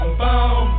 boom